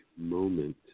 moment